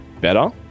better